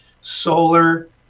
solar